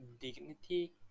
dignity